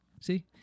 see